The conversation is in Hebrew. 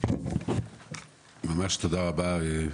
ממש תודה רבה.